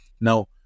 Now